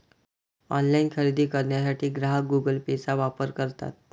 online खरेदी करण्यासाठी ग्राहक गुगल पेचा वापर करतात